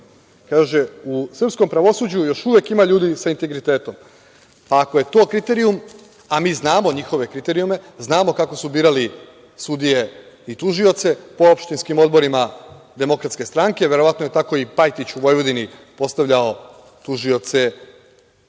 Kaže - u srpskom pravosuđu još uvek ima ljudi sa integritetom. Ako je to kriterijum, a mi znamo njihove kriterijume, znamo kako su birali sudije i tužioce po opštinskim odborima Demokratske stranke, verovatno je tako i Pajtić u Vojvodini postavljao tužioce